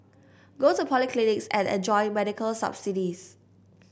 go to polyclinics and enjoy medical subsidies